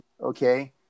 Okay